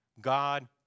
God